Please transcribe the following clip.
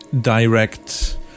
direct